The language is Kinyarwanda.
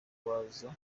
waza